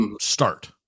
start